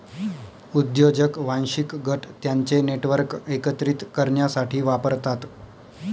उद्योजक वांशिक गट त्यांचे नेटवर्क एकत्रित करण्यासाठी वापरतात